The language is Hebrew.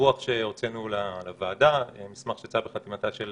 בדיווח שהוצאנו לוועדה, מסמך שיצא בחתימתה של